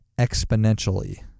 exponentially